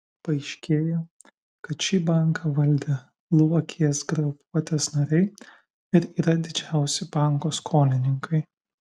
paaiškėja kad šį banką valdę luokės grupuotės nariai ir yra didžiausi banko skolininkai